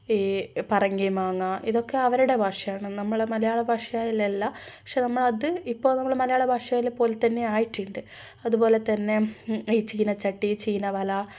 ഈ പറങ്കി മാങ്ങ ഇതൊക്കെ അവരുടെ ഭാഷയാണ് നമ്മളുടെ മലയാള ഭാഷയിലല്ല പക്ഷേ നമ്മ അത് ഇപ്പോൾ നമ്മള മലയാള ഭാഷയിലെ പോലെത്തന്നെ ആയിട്ടുണ്ട് അതുപോലെ തന്നെ ഈ ചീനച്ചട്ടി ചീന വല